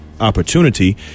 opportunity